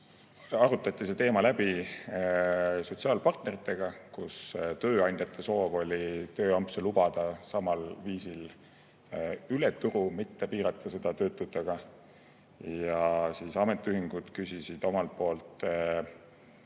arutati läbi sotsiaalpartneritega. Tööandjate soov oli tööampse lubada samal viisil üle turu, mitte piirata seda töötutega. Ametiühingud küsisid omalt poolt